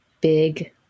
big